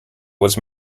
was